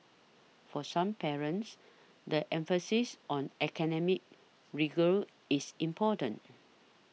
for some parents the emphasis on academic rigour is important